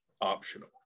optional